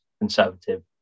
conservative